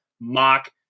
mock